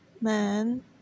man